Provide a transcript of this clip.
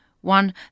One